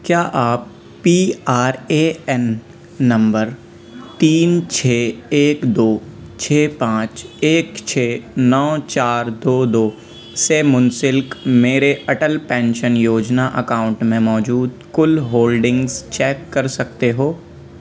کیا آپ P R A N نمبر تین چھ ایک دو چھ پانچ ایک چھ نو چار دو دو سے منسلک میرے اٹل پینشن یوجنا اکاؤنٹ میں موجود کل ہولڈنگس چیک کر سکتے ہو